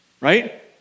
right